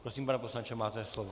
Prosím, pane poslanče, máte slovo.